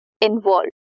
involved